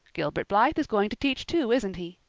gilbert blythe is going to teach too, isn't he?